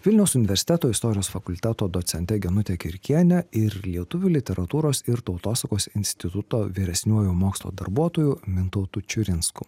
vilniaus universiteto istorijos fakulteto docente genute kirkiene ir lietuvių literatūros ir tautosakos instituto vyresniuoju mokslo darbuotoju mintautu čiurinsku